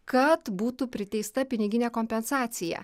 kad būtų priteista piniginė kompensacija